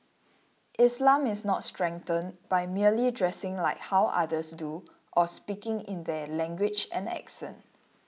Islam is not strengthened by merely dressing like how others do or speaking in their language and accent